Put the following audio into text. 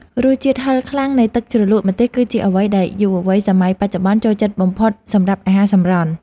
រសជាតិហឹរខ្លាំងនៃទឹកជ្រលក់ម្ទេសគឺជាអ្វីដែលយុវវ័យសម័យបច្ចុប្បន្នចូលចិត្តបំផុតសម្រាប់អាហារសម្រន់។